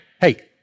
hey